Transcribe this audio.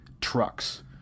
trucks